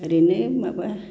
ओरैनो माबा